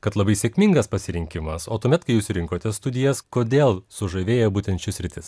kad labai sėkmingas pasirinkimas o tuomet kai jūs rinkotės studijas kodėl sužavėjo būtent ši sritis